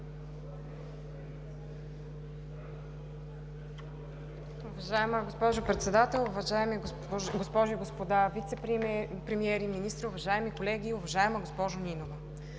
Уважаема госпожо Председател, уважаеми госпожи и господа вицепремиери, министри, уважаеми колеги! Уважаема госпожо Нинова,